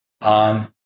on